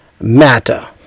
matter